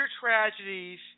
tragedies